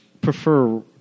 prefer